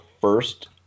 first